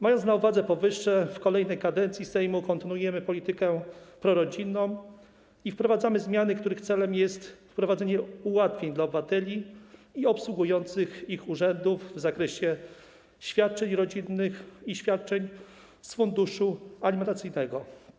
Mając na uwadze powyższe, w kolejnej kadencji Sejmu kontynuujemy politykę prorodzinną i wprowadzamy zmiany, których celem jest wprowadzenie ułatwień dla obywateli i obsługujących ich urzędów w zakresie świadczeń rodzinnych i świadczeń z funduszu alimentacyjnego.